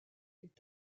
est